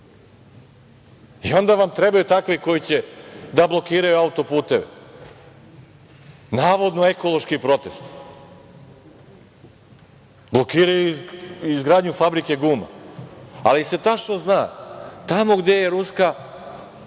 Onda vam trebaju takvi koji će da blokiraju autoputeve, navodno ekološki protest. blokiraju i izgradnju fabrike guma. Ali, tačno se zna, tamo gde je ruski